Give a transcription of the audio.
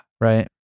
Right